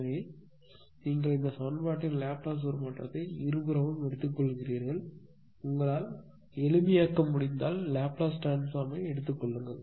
எனவே நீங்கள் இந்த சமன்பாட்டின் லாப்லேஸ் உருமாற்றத்தை இருபுறமும் எடுத்துக்கொள்கிறீர்கள் உங்களால் எளிமையாக்க முடிந்தால் லாப்லேஸ் டிரான்ஸ்ஃபார்மை எடுத்துக்கொள்ளுங்கள்